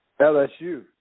LSU